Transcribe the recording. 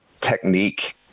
technique